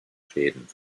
schäden